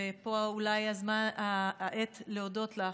ופה אולי העת להודות לך,